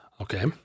Okay